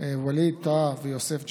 ווליד טאהא ויוסף ג'בארין,